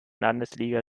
landesliga